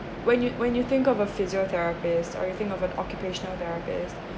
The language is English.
when you when you think of a physiotherapist or you think of a occupational therapist